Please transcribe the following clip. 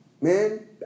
Man